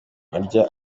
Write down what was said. arya